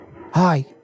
Hi